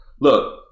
Look